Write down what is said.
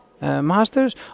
masters